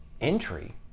entry